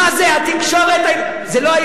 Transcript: נא לסיים.